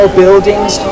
buildings